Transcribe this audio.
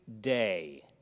day